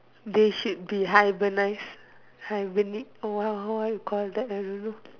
they should be hibernise hibernate or what you call that I don't know